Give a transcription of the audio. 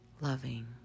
loving